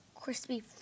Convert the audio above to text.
Crispy